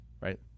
Right